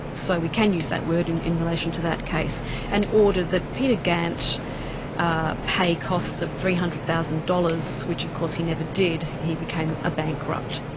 so we can use that word in in relation to that case and ordered that peter gant ah pay costs of three hundred thousand dollars which of course he never did. he became a bankrupt.